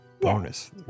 bonus